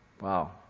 Wow